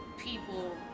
people